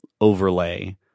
overlay